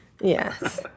Yes